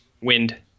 Wind